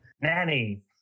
Nanny